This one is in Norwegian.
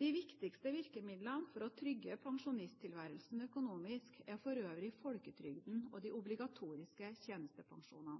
De viktigste virkemidlene for å trygge pensjonisttilværelsen økonomisk er for øvrig folketrygden og de obligatoriske tjenestepensjonene.